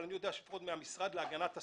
אבל אני יודע שלפחות מהמשרד להגנת הסביבה,